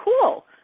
cool